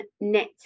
net